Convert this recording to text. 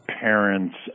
parents